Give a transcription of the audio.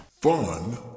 fun